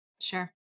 Sure